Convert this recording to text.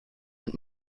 mit